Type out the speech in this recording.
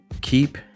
keep